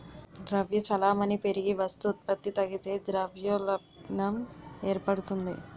ద్రవ్య చలామణి పెరిగి వస్తు ఉత్పత్తి తగ్గితే ద్రవ్యోల్బణం ఏర్పడుతుంది